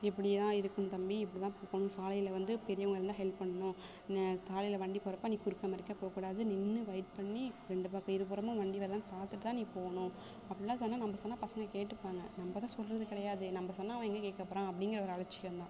இப்படிதான் இருக்கணும் தம்பி இப்படிதான் போகணும் சாலையில் வந்து பெரியவங்க இருந்தால் ஹெல்ப் பண்ணணும் என்ன சாலையில் வண்டி போறப்போ நீ குறுக்க மறுக்க போகக்கூடாது நின்று வெயிட் பண்ணி ரெண்டு பக்கம் இருபுறமும் வண்டி வருதான்னு பார்த்துட்டுதான் நீ போகணும் அப்படின்லாம் சொன்னால் நம்ப சொன்னால் பசங்க கேட்டுப்பாங்க நம்ப தான் சொல்லுறது கிடையாதே நம்ப சொன்னால் அவன் எங்கே கேட்க போகறான் அப்படிங்குற ஒரு அலட்சியம்தான்